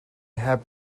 heb